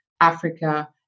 Africa